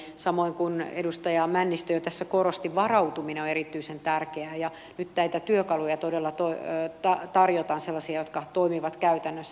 eli samoin kuin edustaja männistö jo tässä korosti varautuminen on erityisen tärkeää ja nyt näitä työkaluja todella tarjotaan sellaisia jotka toimivat käytännössä